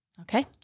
Okay